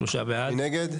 מי נגד?